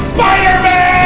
Spider-Man